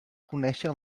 conèixer